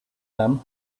them